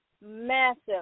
massive